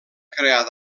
crear